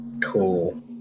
Cool